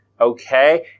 okay